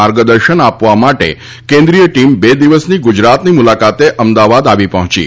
માર્ગદર્શન આપવા માટે કેન્દરીય ટીમ બે દિવસની ગુજરાતની મુલાકાતે અમદાવાદ આવી પહોંચી છે